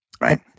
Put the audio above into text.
Right